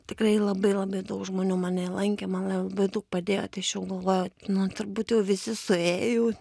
tikrai labai labai daug žmonių mane lankė man labai daug padėjo tai aš jau galvojau nu jau turbūt visi suėję jau